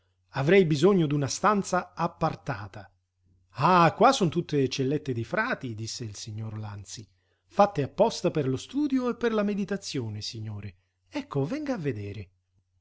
avrei bisogno d'una stanza appartata ah qua son tutte cellette di frati disse il signor lanzi fatte apposta per lo studio e per la meditazione signore ecco venga a vedere